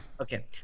Okay